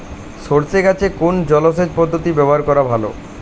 সরষে গাছে কোন জলসেচ পদ্ধতি ব্যবহার করা ভালো?